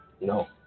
No